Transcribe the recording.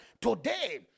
Today